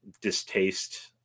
distaste